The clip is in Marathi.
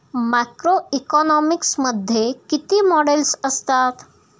मॅक्रोइकॉनॉमिक्स मध्ये किती मॉडेल्स असतात?